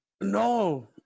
No